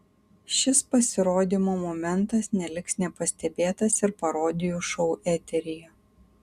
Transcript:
šis pasirodymo momentas neliks nepastebėtas ir parodijų šou eteryje